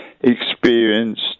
experienced